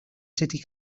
city